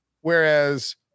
Whereas